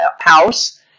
house